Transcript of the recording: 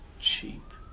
cheap